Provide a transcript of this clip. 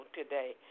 today